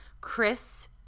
Chris